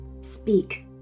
speak